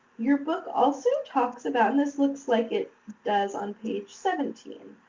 your book also talks about and this looks like it does on page seventeen,